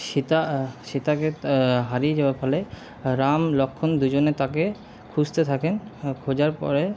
সীতা সীতাকে হারিয়ে যাওয়ার ফলে রাম লক্ষ্মণ দুজনে তাকে খুঁজতে থাকেন খোঁজার পরে